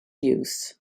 use